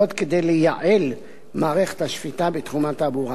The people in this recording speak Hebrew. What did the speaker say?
זאת כדי לייעל מערכת השפיטה בתחום התעבורה.